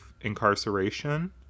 incarceration